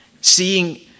seeing